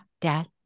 dad